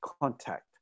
contact